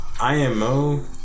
IMO